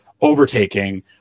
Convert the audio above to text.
overtaking